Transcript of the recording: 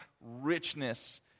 richness